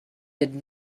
did